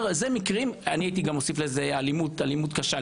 הייתי גם מוסיף לזה אלימות קשה,